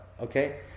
okay